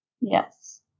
Yes